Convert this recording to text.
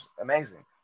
amazing